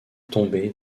tombé